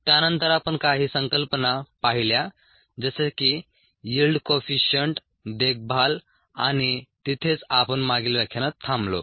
त्यानंतर आपण काही संकल्पना पाहिल्या जसे की यील्ड कोइफीशीएंट देखभाल आणि तिथेच आपण मागील व्याख्यानात थांबलो